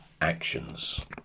actions